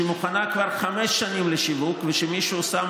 שמוכנה כבר חמש שנים לשיווק ושמישהו שם